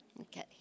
Okay